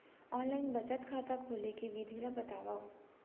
Online बचत खाता खोले के विधि ला बतावव?